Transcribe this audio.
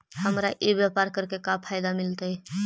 हमरा ई व्यापार करके का फायदा मिलतइ?